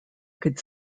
could